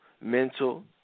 mental